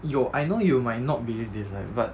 yo I know you might not be able to like